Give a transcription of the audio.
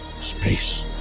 space